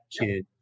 kid